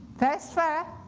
fair is fair.